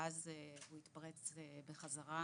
ואז הוא התפרץ בחזרה,